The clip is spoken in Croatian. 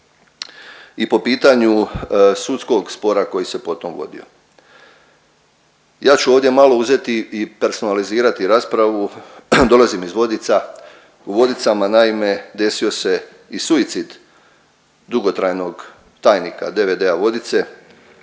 i po pitanju sudskog spora koji se potom vodio. Ja ću ovdje malo uzeti i personalizirati raspravu, dolazim iz Vodica. U Vodicama, naime, desio se i suicid dugotrajnog tajnika DVD-a Vodice,